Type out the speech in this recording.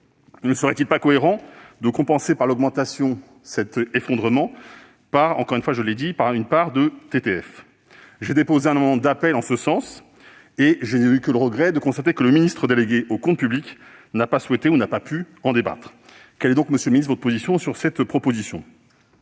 Ne serait-il pas cohérent de compenser cet effondrement par une augmentation de la part de TTF ? J'ai déposé un amendement d'appel en ce sens, mais j'ai eu le regret de constater que M. le ministre délégué aux comptes publics n'a pas souhaité ou n'a pas pu en débattre. Quelle est donc, monsieur le ministre, votre position sur cette proposition ?